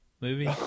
movie